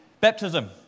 Baptism